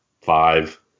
five